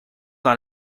dans